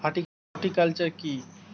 Horticulture কি?